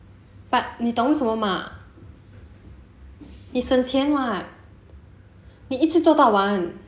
but 你懂为什么吗你省钱 [what] 你一次做到完